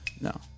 no